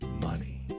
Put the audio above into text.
money